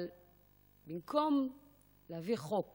אבל במקום להביא חוק